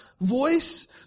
voice